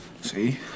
see